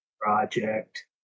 Project